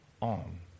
on